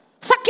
Sakit